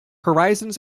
horizons